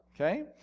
okay